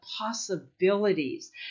possibilities